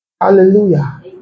Hallelujah